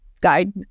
guide